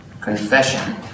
confession